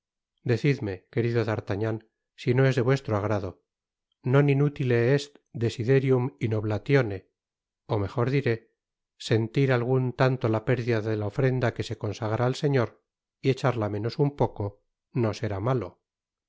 decidme querido d'artagnan si no es de vuestro agrado non imtile est desiderium in oblatione ó mejor diré sentir algun tanto la pérdida de la ofrenda que se consagra al señor y echarla menos un poc no será malo